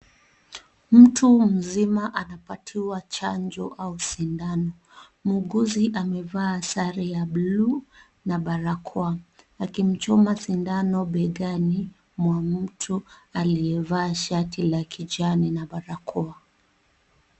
Mtu mzima anapatiwa chanjo kwa sindano. Muuguzi amevaa sare ya blue na barakoa akimchuma sindano begani mwa mtu aliyevaa shati la kijani na barakoa.